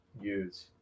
use